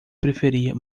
preferia